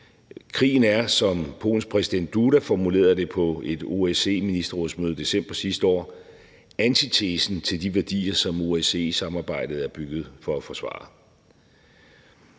Krigen er, som Polens præsident, Duda, formulerede det på et OSCE-ministerrådsmøde i december sidste år, antitesen til de værdier, som OSCE-samarbejdet er bygget for at forsvare.